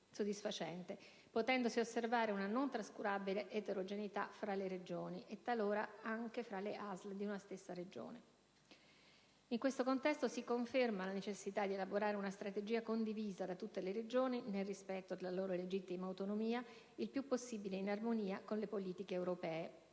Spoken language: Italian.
In tale contesto si riconferma la necessità di elaborare una strategia condivisa da tutte le Regioni nel rispetto della loro legittima autonomia, il più possibile in armonia con le politiche europee.